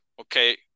okay